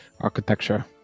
architecture